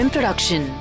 Production